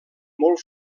molt